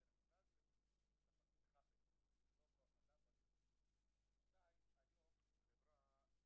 והטעמים הם טעמים של בטיחות ביו השאר,